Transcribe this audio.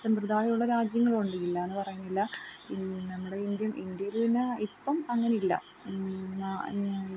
സമ്പ്രദായം ഉള്ള രാജ്യങ്ങളും ഉണ്ട് ഇല്ല എന്ന് പറയുന്നില്ല നമ്മുടെ ഇന്ത്യൻ ഇന്ത്യയിൽ പിന്നെ ഇപ്പം അങ്ങനെ ഇല്ല